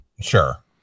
Sure